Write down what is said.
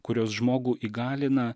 kurios žmogų įgalina